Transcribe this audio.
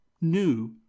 new